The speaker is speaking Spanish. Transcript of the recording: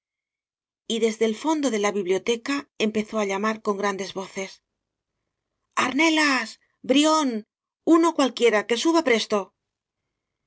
y desde el fondo de la biblioteca empezó á llamar con grandes voces amelas brión uno cualquiera que suba presto